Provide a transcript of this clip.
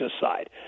side